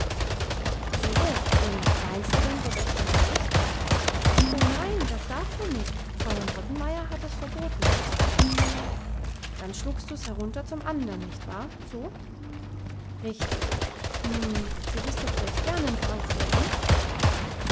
so so und weinst du denn so recht heraus o nein das darf man nicht fräulein rottenmeier hat es verboten dann schluckst du's herunter zum andern nicht wahr so richtig nun du bist doch recht gern in frankfurt nicht